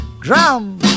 Drum